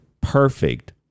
perfect